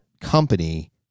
company